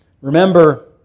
Remember